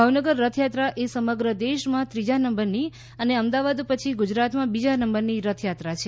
ભાવનગર રથયાત્રા એ સમગ્ર દેશમાં ત્રીજા નંબરની અને અમદાવાદ પછી ગુજરાતમાં બીજા નંબરની રથયાત્રા છે